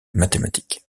mathématique